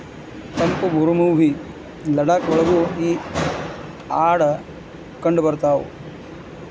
ತಂಪ ಮರಭೂಮಿ ಲಡಾಖ ಒಳಗು ಈ ಆಡ ಕಂಡಬರತಾವ